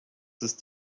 ist